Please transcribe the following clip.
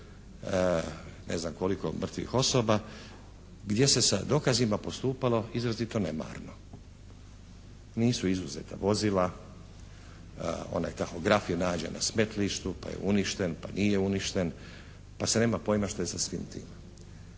ne znam koliko mrtvih osoba gdje se sa dokazima postupalo izrazito nemarno. Nisu izuzeta vozila, onaj tahograf je nađen na smetlištu, pa je uništen, pa nije uništen, pa se nema pojma što je sa svim tim.